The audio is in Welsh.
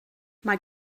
mae